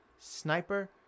Sniper